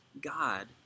God